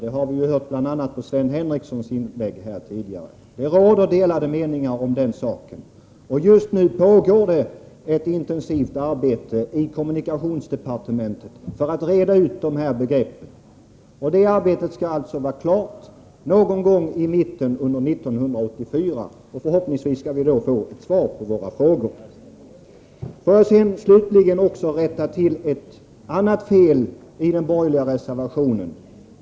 Detta har vi bl.a. hört av Sven Henricssons inlägg tidigare. Just nu pågår ett intensivt arbete i kommunikationsdepartementet för att reda ut begreppen, och det skall vara klart någon gång under mitten av 1984. Förhoppningsvis skall vi då få svar på våra frågor. Får jag slutligen rätta till ett annat fel i den borgerliga reservationen.